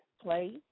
play